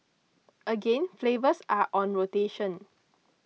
again flavours are on rotation